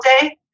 day